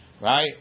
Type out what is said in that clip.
right